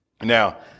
Now